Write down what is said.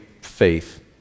faith